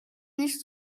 nicht